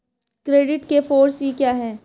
Credit के four C क्या हैं?